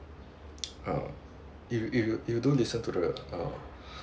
uh if you if you don't listen to the uh